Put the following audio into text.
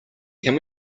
can